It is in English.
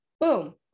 Boom